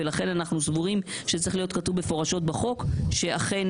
ולכן אנחנו סבורים שצריך להיות כתוב מפורשות בחוק שאכן